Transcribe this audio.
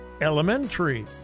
elementary